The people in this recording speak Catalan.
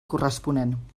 corresponent